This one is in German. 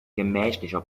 gemächlicher